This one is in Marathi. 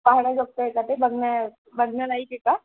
पाहण्याजोगत आहे का ते बघण्या बघण्यालायक आहे का